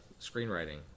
screenwriting